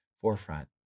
forefront